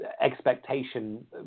expectation